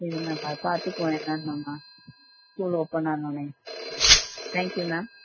சரி மேம் அதை பார்த்துப்போம் என்னென்னு நம்ம ஸ்கூல் ஓபன் ஆனவொடன்னே தேங்க்யூ மேம்